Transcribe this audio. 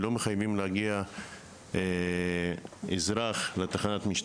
ולא מחייבים את האזרח להגיע לשם כך לתחנה.